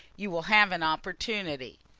you will have an opportunity.